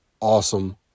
Awesome